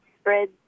spread